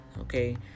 Okay